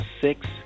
six